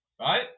Right